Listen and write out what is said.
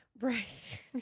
Right